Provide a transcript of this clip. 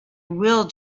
will